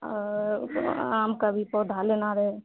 आमके भी पौधा लेना रहए